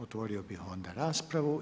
Otvorio bih onda raspravu.